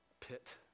pit